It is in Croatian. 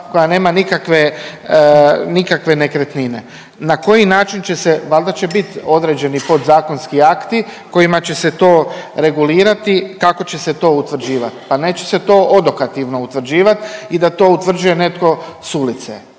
koja nema nikakve nekretnine. Na koji način će se, valjda će bit određeni podzakonski akti kojima će se to regulirati kako će se to utvrđivat. Pa neće se to odokativno utvrđivat i da to utvrđuje netko s ulice.